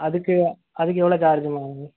அதுக்கு அதுக்கு எவ்வளோ சார்ஜ்மா